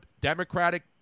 democratic